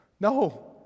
no